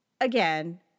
Again